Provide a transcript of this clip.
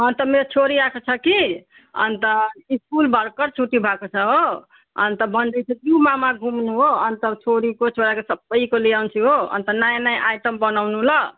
ह त मेरो छोरी आएको छ कि अनि त स्कुल भर्खर छुट्टी भएको छ हो अनि त भन्दैथियो प्युमामा घुम्नु हो अनि त छोरीको छोराको सबैको लिई आउँछु हो अनि त नयाँ नयाँ आइटम बनाउनु ल